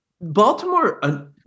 Baltimore